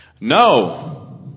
No